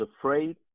afraid